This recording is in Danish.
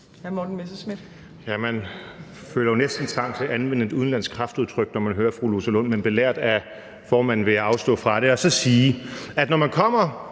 Man føler jo næsten trang til at anvende et udenlandsk kraftudtryk, når man hører fru Rosa Lund, men belært af formanden vil jeg afstå fra det. Og så vil jeg sige, at når man kommer